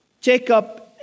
Jacob